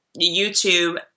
YouTube